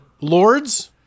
lords